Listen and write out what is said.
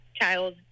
child